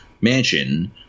mansion